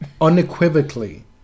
unequivocally